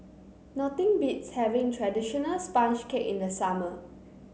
nothing beats having traditional sponge cake in the summer